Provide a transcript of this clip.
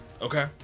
Okay